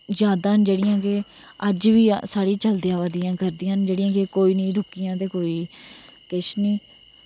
जादा जेह्ड़ियां के अज्ज बी साढ़ियां चलदियां अवा करदियां न जेह्ड़ियां कोई नी रुकियां ते कोई किश नी